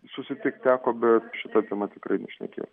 susitikt teko bet šia tema tikrai nešnekėjom